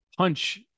Punch